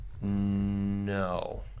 no